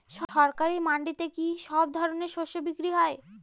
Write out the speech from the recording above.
সরকারি মান্ডিতে কি সব ধরনের শস্য বিক্রি হয়?